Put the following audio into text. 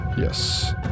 Yes